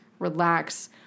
relax